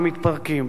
ומתפרקים.